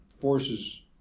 forces